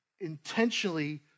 intentionally